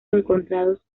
encontrados